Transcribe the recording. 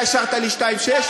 אתה השארת לי 2.6%?